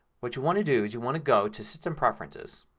what you want to do, is you want to go to system preferences.